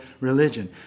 religion